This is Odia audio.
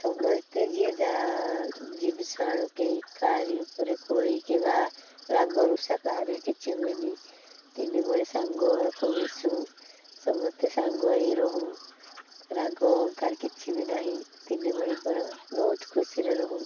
ସମସ୍ତେ ଯିଏ ଯାହା ଜିନିଷ ଆଣୁ କେହି କାହାରି ଉପରେ କୋଳେଇ କି ବା ରାଗ ରୁଷା କାହାରି କିଛି ହୁଏନି ତିନି ଭଉଣୀ ସାଙ୍ଗ ମିଶୁ ସମସ୍ତେ ସାଙ୍ଗ ହେଇ ରହୁ ରାଗ ଅହଂକାର କିଛି ବି ନାହିଁ ତିନି ଭଉଣୀଙ୍କର ବହୁତ ଖୁସିରେ ରହୁ